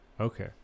Okay